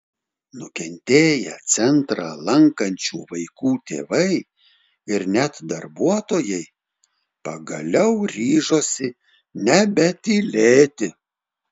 nukentėję centrą lankančių vaikų tėvai ir net darbuotojai pagaliau ryžosi nebetylėti